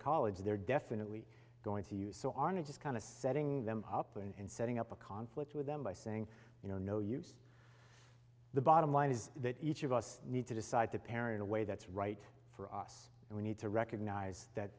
college they're definitely going to use the army just kind of setting them up and setting up a conflict with them by saying you know no use the bottom line is that each of us need to decide to parent away that's right for us and we need to recognise that